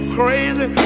crazy